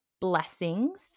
blessings